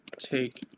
Take